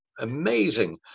amazing